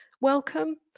Welcome